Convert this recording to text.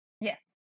Yes